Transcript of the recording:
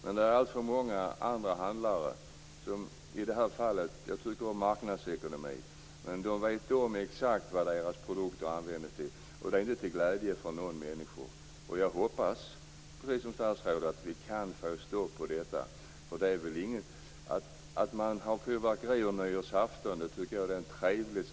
Men det är alltför många handlare som vet exakt vad deras produkter används till - jag tycker om marknadsekonomi - och de är inte till glädje för någon. Jag hoppas, precis som statsrådet, att vi kan få stopp på detta. Det är en trevlig sed och bra tradition med fyrverkerier på nyårsafton.